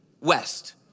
west